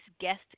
guest